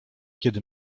kiedy